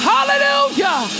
Hallelujah